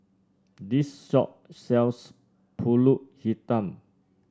this shop sells pulut Hitam